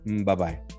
Bye-bye